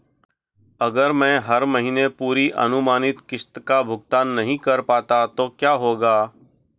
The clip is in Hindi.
अगर मैं हर महीने पूरी अनुमानित किश्त का भुगतान नहीं कर पाता तो क्या होगा?